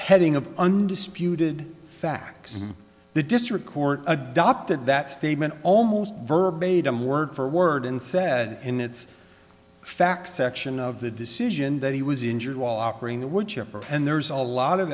heading of undisputed facts the district court adopted that statement almost verbatim word for word and said in its fax section of the decision that he was injured while operating the woodchipper and there's a lot of